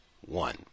One